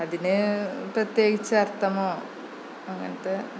അതിന് പ്രത്യേകിച്ച് അര്ത്ഥമോ അങ്ങനത്തെ